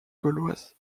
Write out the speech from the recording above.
gauloise